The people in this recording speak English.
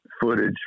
footage